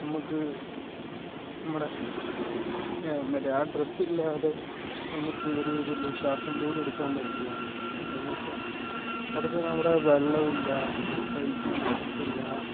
നമുക്ക് നമ്മുടെ മറ്റേ ആ ഡ്രസ്സ് ഇല്ലാതെ നമുക്ക് ഒരു തുള്ളി ശ്വാസം പോലും എടുക്കാൻ പറ്റില്ല പിന്നേ എന്നു വച്ചാൽ അവിടെ ചെന്നാൽ അവിടെ വെള്ളമില്ല കഴിക്കാൻ ഫുഡ് ഇല്ല